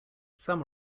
some